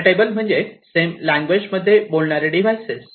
compatible म्हणजे same language मध्ये बोलणारे डिव्हाइसेस